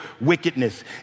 wickedness